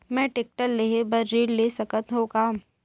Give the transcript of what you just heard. मैं टेकटर लेहे बर ऋण ले सकत हो का?